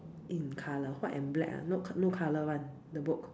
in colour white and black ah no c~ no colour [one] the book